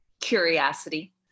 Curiosity